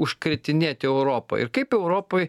užkretinėti europą ir kaip europoj